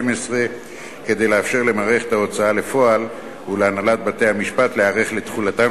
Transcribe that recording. כדי לאפשר למערכת ההוצאה לפועל ולהנהלת בתי-המשפט להיערך לתחולתם